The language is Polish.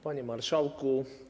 Panie Marszałku!